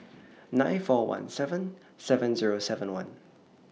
nine four one seven seven Zero seven one